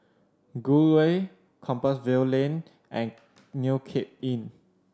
Gul Way Compassvale Lane and New Cape Inn